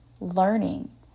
learning